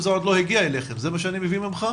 וזה טרם הגיע אליכם זה מה שאני מבין ממך?